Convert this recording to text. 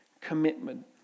commitment